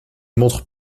montre